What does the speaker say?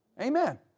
Amen